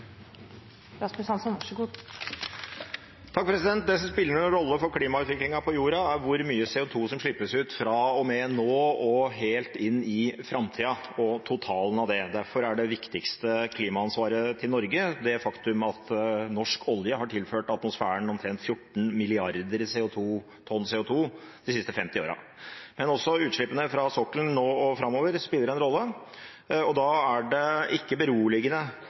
hvor mye CO2 som slippes ut fra og med nå og helt inn i framtida, og totalen av det. Derfor er det viktigste klimaansvaret Norge har, det faktum at norsk olje har tilført atmosfæren omtrent 14 milliarder tonn CO2 de siste 50 årene. Men også utslippene fra sokkelen nå og framover spiller en rolle, og da er det ikke beroligende